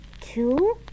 two